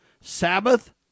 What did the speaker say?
Sabbath